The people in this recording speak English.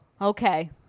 okay